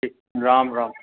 ठीकु राम राम